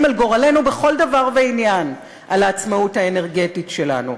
לגורלנו בכל דבר ועניין: לעצמאות האנרגטית שלנו,